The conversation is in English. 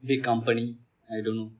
big company I don't know